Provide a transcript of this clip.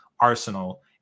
arsenal